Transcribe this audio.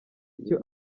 icyo